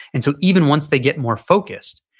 and so even once they get more focused,